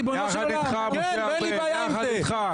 משה ארבל, יחד איתך.